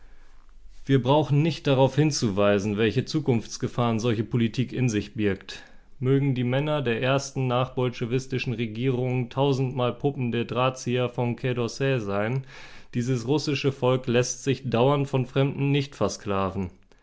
wir brauchen nicht darauf hinzuweisen welche zukunftsgefahren solche politik in sich birgt mögen die männer der ersten nachbolschewistischen regierungen tausendmal puppen der drahtzieher vom quai d'orsay sein dieses russische volk läßt sich dauernd von fremden nicht versklaven